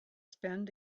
spend